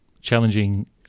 challenging